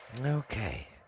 Okay